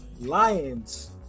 Lions